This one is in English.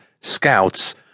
scouts